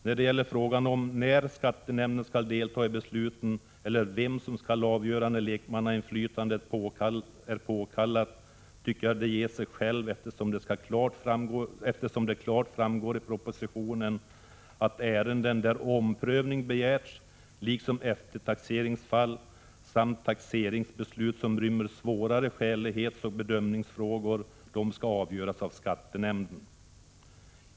När det gäller frågan om när skattenämnden skall delta i besluten eller vem som skall avgöra när lekmannainflytande är påkallat, ger det sig av sig självt, eftersom det klart framgår i propositionen att ärenden där omprövning begärts, liksom eftertaxeringsfall samt taxeringsbeslut som rymmer svårare skälighetsoch bedömningsfrågor, skall avgöras av skattenämnd.